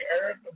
Eric